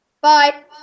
Bye